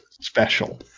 special